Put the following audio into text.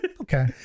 okay